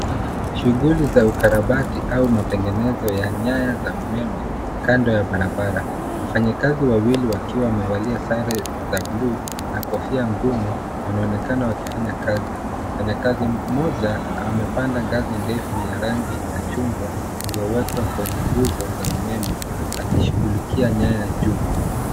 Shughuli za ukarabati au matengenezo ya nyaya za umeme kando ya barabara. Wafanyikazi wawili wakiwa wamevalia sare za bluu na kofia ngumu wanaonekana wakifanya kazi. Mfanyakazi mmoja amepanda ngazi ndefu ya rangi ya chungwa iliyowekwa kwenye nguzo la umeme akishughulikia nyaya za juu.